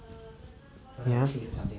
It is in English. ya